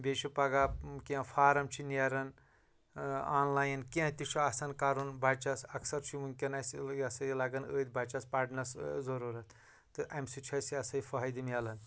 بیٚیہِ چھُ پَگاہ کیٚنٛہہ فارَم چھِ نیران آن لایِن کیٚنٛہہ تہِ چھُ آسان کَرُن بَچَس اَکثر چھُ وٕنۍکٮ۪ن اَسہِ یہِ ہسا یہِ لَگان أتھۍ بَچَس پَرنَس ضٔروٗرت تہٕ اَمہِ سۭتۍ چھُ اَسہِ یہِ ہسا یہِ فٲہدٕ میلان